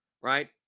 right